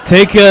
Take